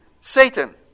Satan